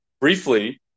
briefly